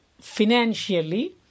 financially